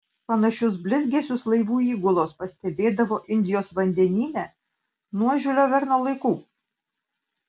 panašius blizgesius laivų įgulos pastebėdavo indijos vandenyne nuo žiulio verno laikų